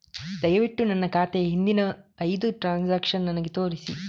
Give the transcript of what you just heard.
ದಯವಿಟ್ಟು ನನ್ನ ಖಾತೆಯ ಹಿಂದಿನ ಐದು ಟ್ರಾನ್ಸಾಕ್ಷನ್ಸ್ ನನಗೆ ತೋರಿಸಿ